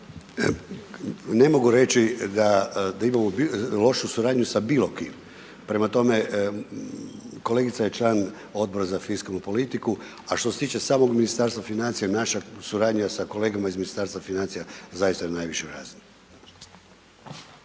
Ne mogu reći da imamo lošu suradnju sa bilo kim, prema tome, kolegica je član Odbora za fiskalnu politiku a što se tiče samog Ministarstva financija, naša suradnja sa kolegama iz Ministarstva financija zaista je na najvišoj razini.